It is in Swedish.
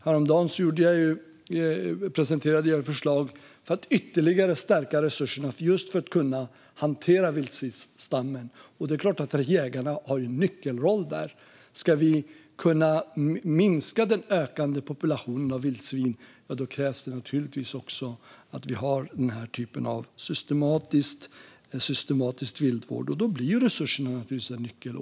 Häromdagen presenterade jag förslag för att ytterligare stärka resurserna just för att vi ska kunna hantera vildsvinsstammen. Det är klart att jägarna har en nyckelroll där. Ska vi kunna minska den ökande populationen av vildsvin krävs det naturligtvis att vi har den typen av systematisk viltvård. Då blir naturligtvis resurserna en nyckel.